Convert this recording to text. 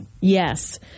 Yes